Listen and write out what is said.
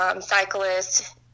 cyclists